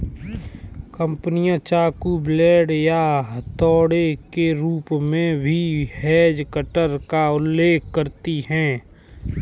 कंपनियां चाकू, ब्लेड या हथौड़े के रूप में भी हेज कटर का उल्लेख करती हैं